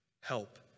help